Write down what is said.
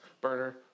burner